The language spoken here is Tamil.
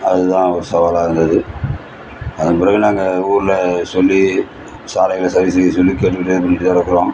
அது தான் ஒரு சவாலாக இருந்துது அதன் பிறகு நாங்கள் எங்கள் ஊரில் சொல்லி சாலைகளை சரி செய்ய சொல்லி கேட்டுகிட்டே